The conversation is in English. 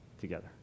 together